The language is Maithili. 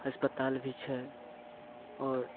अस्पताल भी छै आओर